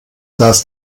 das